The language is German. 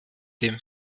dem